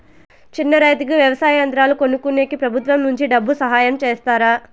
చిన్న రైతుకు వ్యవసాయ యంత్రాలు కొనుక్కునేకి ప్రభుత్వం నుంచి డబ్బు సహాయం చేస్తారా?